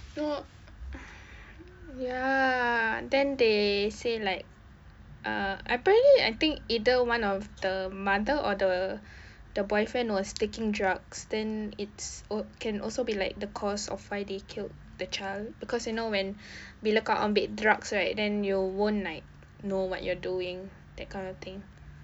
no uh ya then they say like uh apparently I think either one of the mother or the the boyfriend was taking drugs then it's al~ can also be like the cause of why they killed the child because you know when bila kau ambil drugs right then you won't like know what you're doing that kind of thing